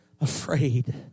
afraid